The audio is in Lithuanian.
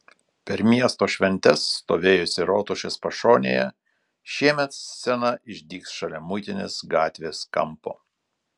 per miesto šventes stovėjusi rotušės pašonėje šiemet scena išdygs šalia muitinės gatvės kampo